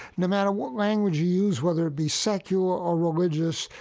no matter what language you use, whether it be secular or religious,